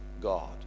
God